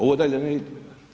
Ovo dalje ne ide.